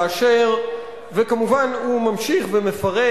וכמובן הוא ממשיך ומפרט,